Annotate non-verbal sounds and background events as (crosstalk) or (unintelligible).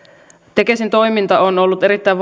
tekesin toiminta on ollut erittäin (unintelligible)